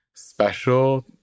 special